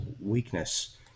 weakness